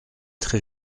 très